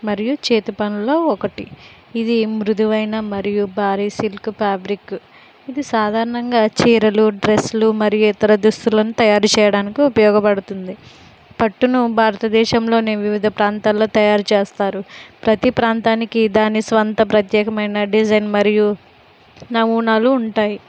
మరియు చేతి పనుల్లో ఒకటి ఇది మృధువైన మరియు పారీసిల్క్ ఫ్యాబ్రిక్ ఇది సాధారణంగా చీరలు డ్రెస్సులు మరియు ఇతర దుస్తులను తయారు చేయడానికి ఉపయోగపడుతుంది పట్టును భారతదేశంలోని వివిధ ప్రాంతల్లో తయారు చేస్తారు ప్రతి ప్రాంతానికి దాని స్వంత ప్రత్యేకమైన డిజైన్ మరియు నమూనాలు ఉంటాయ్